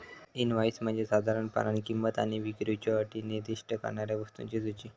invoice म्हणजे साधारणपणान किंमत आणि विक्रीच्यो अटी निर्दिष्ट करणारा वस्तूंची सूची